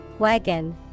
Wagon